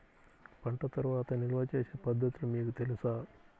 పంట తర్వాత నిల్వ చేసే పద్ధతులు మీకు తెలుసా?